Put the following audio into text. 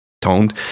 toned